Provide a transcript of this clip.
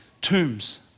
tombs